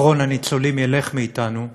אחרון הניצולים ילך מאתנו,